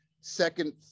second